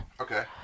Okay